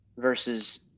Versus